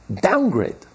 downgrade